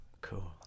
cool